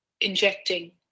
injecting